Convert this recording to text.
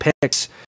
picks